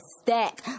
stack